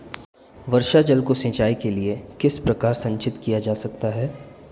वर्षा जल को सिंचाई के लिए किस प्रकार संचित किया जा सकता है?